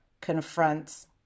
confronts